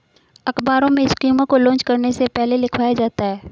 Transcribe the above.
अखबारों में स्कीमों को लान्च करने से पहले निकलवाया जाता है